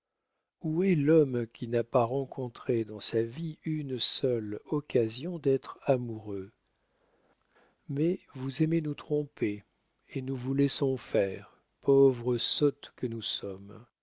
où est l'homme qui n'a pas rencontré dans sa vie une seule occasion d'être amoureux mais vous aimez à nous tromper et nous vous laissons faire pauvres sottes que nous sommes